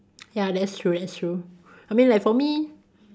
ya that's true that's true I mean like for me